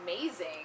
amazing